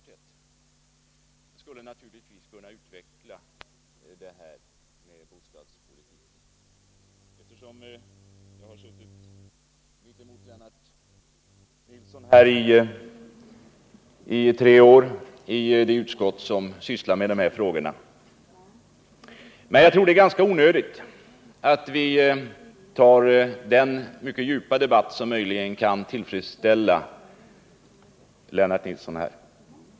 Jag skulle naturligtvis kunna utveckla frågorna om bostadspolitiken, eftersom jag i tre år har suttit mittemot Lennart Nilsson i det utskott som sysslar med dessa ärenden. Men jag tror att det är ganska onödigt att vi nu tar den mycket djupa debatt som möjligen här kan tillfredsställa Lennart Nilsson.